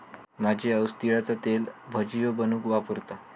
माझी आऊस तिळाचा तेल भजियो बनवूक वापरता